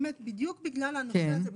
בדיוק בגלל הנושא הזה,